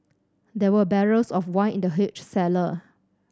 there were barrels of wine in the huge cellar